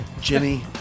Jimmy